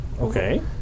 Okay